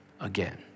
again